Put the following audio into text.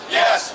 yes